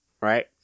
right